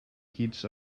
kids